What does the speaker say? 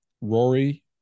rory